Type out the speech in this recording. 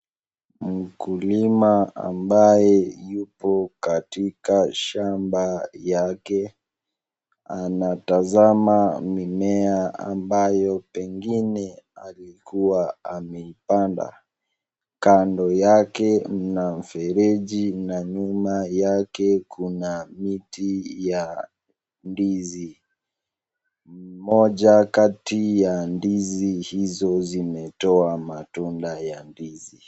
Mkulima ambaye yuko katika shamba yake. Anatazama mimea ambayo pengine alikuwa ameipanda. Kando yake kuna mfereji na nyuma yake kuna miti ya ndizi. Moja kati ya ndizi hizo zimetoa matunda ya ndizi.